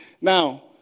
Now